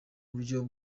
buryo